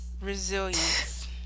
resilience